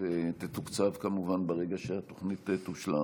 ותתוקצב, כמובן, ברגע שהתוכנית תושלם,